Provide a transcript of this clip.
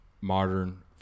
modern